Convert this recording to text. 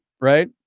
right